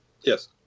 yes